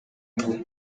manywa